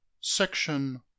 Section